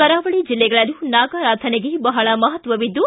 ಕರಾವಳಿ ಜಿಲ್ಲೆಗಳಲ್ಲೂ ನಾಗಾರಾಧನೆಗೆ ಬಹಳ ಮಹತ್ವವಿದ್ದು